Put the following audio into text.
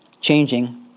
changing